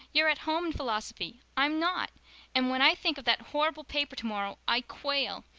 you're at home in philosophy. i'm not and when i think of that horrible paper tomorrow i quail.